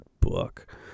book